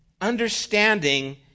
understanding